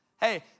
Hey